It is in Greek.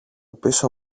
πίσω